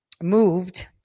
moved